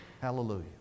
Hallelujah